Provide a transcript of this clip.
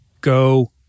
Go